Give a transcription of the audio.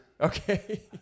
Okay